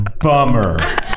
Bummer